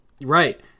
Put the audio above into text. Right